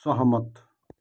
सहमत